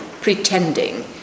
pretending